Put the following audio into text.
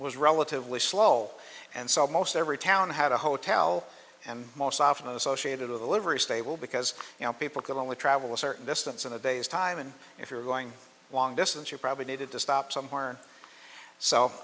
was relatively slow and so almost every town had a hotel and most often associated with a livery stable because you know people can only travel a certain distance in a day's time and if you're going long distance you probably needed to stop somewhere so